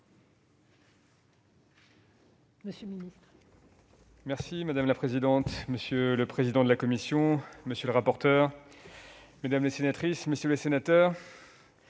monsieur le ministre,